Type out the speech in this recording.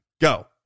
go